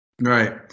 Right